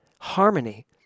Harmony